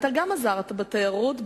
גם אתה עזרת בתיירות,